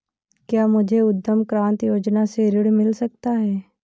क्या मुझे उद्यम क्रांति योजना से ऋण मिल सकता है?